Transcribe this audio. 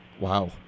Wow